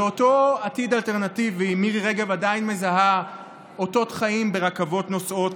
באותו עתיד אלטרנטיבי מירי רגב עדיין מזהה אותות חיים ברכבות נוסעות,